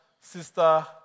Sister